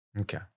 Okay